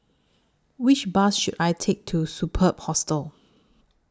Which Bus should I Take to Superb Hostel